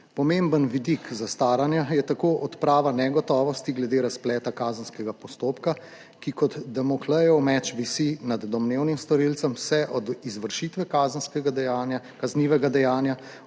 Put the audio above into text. Pomemben vidik zastaranja je tako odprava negotovosti glede razpleta kazenskega postopka, ki kot Damoklejev meč visi nad domnevnim storilcem vse od izvršitve kaznivega dejanja